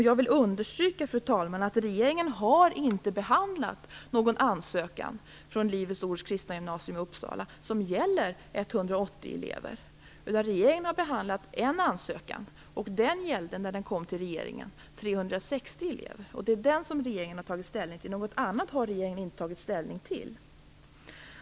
Jag vill understryka, fru talman, att regeringen inte har behandlat någon ansökan från Livets Ords Kristna Gymnasium i Uppsala som gäller 180 elever. Regeringen har behandlat en ansökan och den gällde, när den kom till regeringen, 360 elever. Det är den som regeringen har tagit ställning till. Något annat har regeringen inte tagit ställning till.